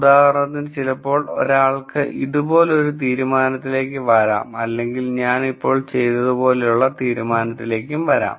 ഉദാഹരണത്തിന് ചിലപ്പോൾ ഒരാൾക്ക് ഇതുപോലൊരു തീരുമാനത്തിലേക്ക് വരാം അല്ലെങ്കിൽ ഞാൻ ഇപ്പോൾ ചെയ്തതുപോലെയുള്ള തീരുമാനത്തിലേക്കും വരാം